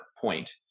point